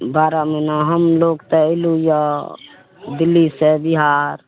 बारह महिना हमलोक तऽ अएलू यऽ दिल्लीसे बिहार